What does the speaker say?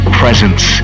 presence